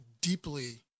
deeply